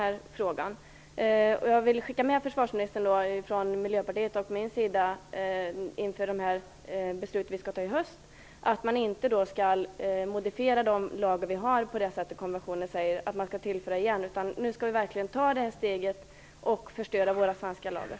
Inför de beslut som vi skall fatta i höst vill jag från Miljöpartiets och min sida skicka med försvarsministern att man inte skall modifiera våra lager på det sätt som sägs i konventionen, dvs. genom att tillsätta järn, utan nu skall vi verkligen ta steget att förstöra våra svenska lager.